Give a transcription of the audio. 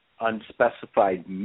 unspecified